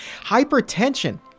hypertension